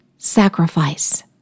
Sacrifice